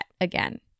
again